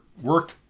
work